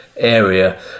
Area